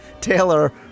Taylor